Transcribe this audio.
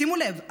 שימו לב,